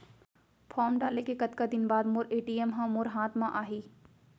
Form डाले के कतका दिन बाद मोर ए.टी.एम ह मोर हाथ म आही?